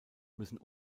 müssen